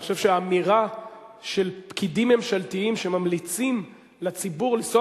אני חושב שהאמירה של פקידים ממשלתיים שממליצים לציבור לנסוע